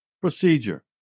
procedure